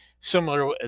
similar